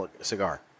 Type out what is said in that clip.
cigar